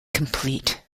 complete